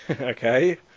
okay